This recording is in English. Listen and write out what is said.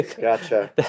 Gotcha